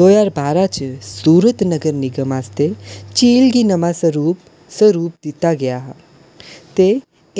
दो ज्हार बारां च सूरत नगर निगम आसेआ झील गी नमां सरूप ते रूप दित्ता गेआ हा ते